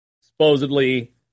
supposedly